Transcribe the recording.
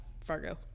Fargo